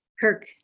Kirk